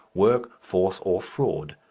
work, force, or fraud.